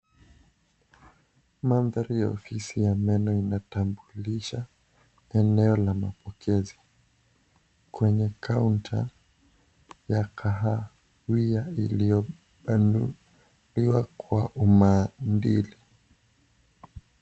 Mandhariya ofisi ya meno inatambulisha eneo la mapokezi, kwenye kaunta ya kahawia iliyopanuliwa kwa umaadili.